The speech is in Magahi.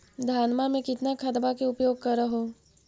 धानमा मे कितना खदबा के उपयोग कर हू?